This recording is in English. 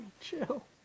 chill